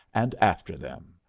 and after them.